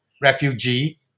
refugee